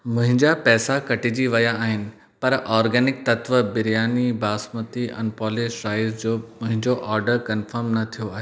मुहिंजा पैसा कटिजी विया आहिनि पर ऑर्गेनिक तत्व बिरयानी बासमती अनपॉलिश्ड राइस जो मुहिंजो ऑर्डर कंफर्म न थियो आहे